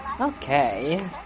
Okay